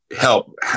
help